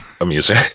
amusing